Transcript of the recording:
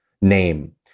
name